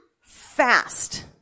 fast